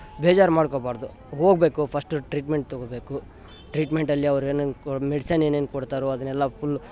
ಬೇಜಾರು ಮಾಡ್ಕೊಬಾರದು ಹೋಗಬೇಕು ಫರ್ಸ್ಟು ಟ್ರೀಟ್ಮೆಂಟ್ ತಗೋಬೇಕು ಟ್ರೀಟ್ಮೆಂಟಲ್ಲಿ ಅವ್ರು ಏನೇನು ಕೊ ಮೆಡ್ಸನ್ ಏನೇನು ಕೊಡ್ತಾರೊ ಅದನ್ನೆಲ್ಲ ಫುಲ್